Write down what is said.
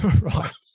Right